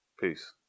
Peace